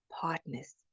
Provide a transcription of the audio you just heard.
partners